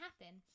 happen